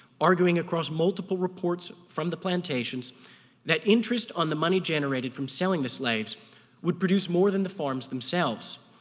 arguing across multiple reports from the plantations that interest on the money generated from selling the slaves would produce more than the farms themselves.